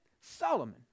Solomon